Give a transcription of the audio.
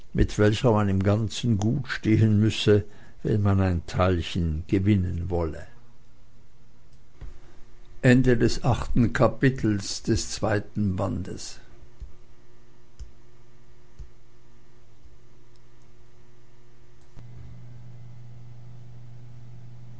mit welcher man im ganzen gut stehen müsse wenn man ein teilchen gewinnen wolle